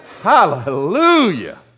Hallelujah